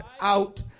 out